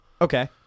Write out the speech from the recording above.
Okay